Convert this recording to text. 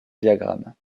diagramme